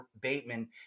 Bateman